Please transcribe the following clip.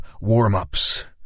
warm-ups